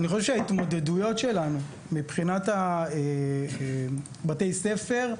אני חושב שההתמודדויות שלנו מבחינת בתי הספר,